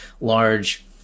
large